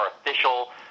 official